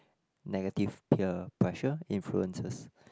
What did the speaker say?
negative peer pressure influences